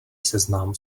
seznam